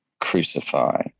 crucify